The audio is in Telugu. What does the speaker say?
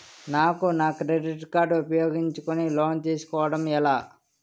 నాకు నా క్రెడిట్ కార్డ్ ఉపయోగించుకుని లోన్ తిస్కోడం ఎలా?